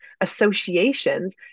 associations